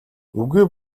үгүй